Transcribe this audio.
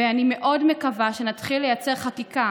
ואני מאוד מקווה שנתחיל גם לייצר חקיקה